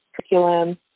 curriculum